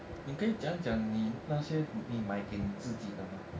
你可以讲讲你那些你买给你自己的吗